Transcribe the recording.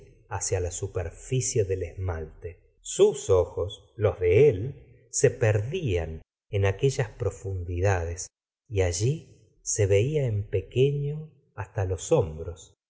hacia la superficie del esmalte sus ojos los de se perdían en aquellas profundidades y allí se veía en pequeño hasta los hombros